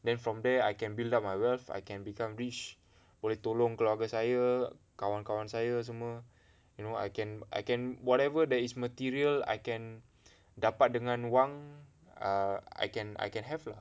then from there I can build up my wealth I can become rich boleh tolong keluarga saya kawan-kawan saya semua you know I can I can whatever that is material I can dapat dengan wang err I can I can have lah